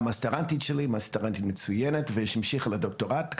הייתה סטודנטית מצוינת שלי בזמנו והמשיכה לדוקטורט.